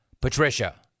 Patricia